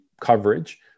coverage